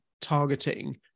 targeting